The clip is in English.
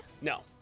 No